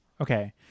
Okay